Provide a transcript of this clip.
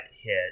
hit